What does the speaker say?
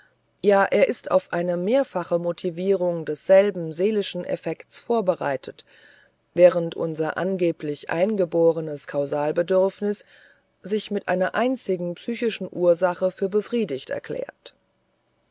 ja er ist auf eine mehrfache motivierung desselben seelischen effekts vorbereitet während unser angeblich eingeborenes kausalbedürfnis sich mit einer einzigen psychischen ursache für befriedigt erklärt